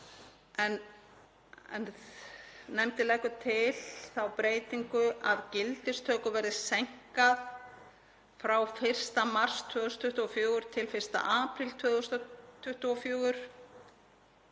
Nefndin leggur til þá breytingu að gildistöku verði seinkað frá 1. mars 2024 til 1. apríl 2024.